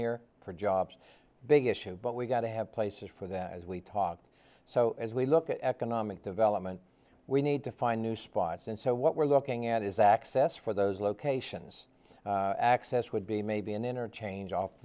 here for jobs big issue but we've got to have places for them as we talk so as we look at economic development we need to find new spots and so what we're looking at is access for those locations access would be maybe an interchange off